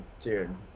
dude